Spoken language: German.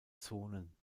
zonen